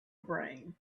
brain